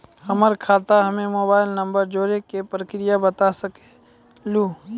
हमर खाता हम्मे मोबाइल नंबर जोड़े के प्रक्रिया बता सकें लू?